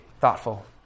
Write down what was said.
thoughtful